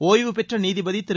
ஒய்வுபெற்ற நீதிபதி திரு